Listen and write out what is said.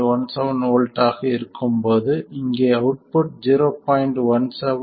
17 volt ஆக இருக்கும் போது இங்கே அவுட்புட் 0